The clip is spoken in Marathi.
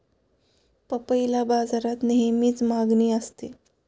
पपईला बाजारात नेहमीच मागणी असते